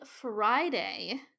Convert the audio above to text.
friday